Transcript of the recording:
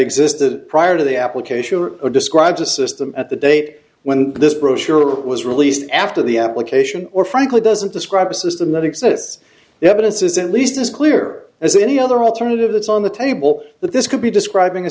existed prior to the application or describes a system at the date when this brochure or work was released after the application or frankly doesn't describe a system that exists the evidence isn't least as clear as any other alternative that's on the table that this could be describing a